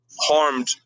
harmed